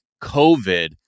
COVID